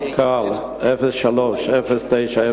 פקודת מטכ"ל 3.0903,